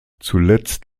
zuletzt